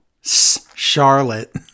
Charlotte